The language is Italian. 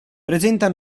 presenta